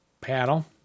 paddle